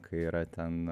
kai yra ten